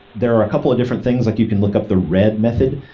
there are a couple of different things, like you can look up the read method,